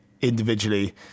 individually